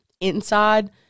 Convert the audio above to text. inside